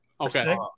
Okay